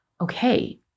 okay